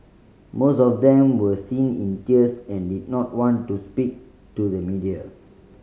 most of them were seen in tears and did not want to speak to the media